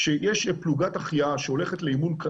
כשיש פלוגת החייאה שהולכת לאימון,